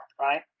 right